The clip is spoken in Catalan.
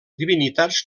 divinitats